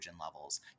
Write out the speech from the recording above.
levels